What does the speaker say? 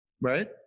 right